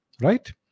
right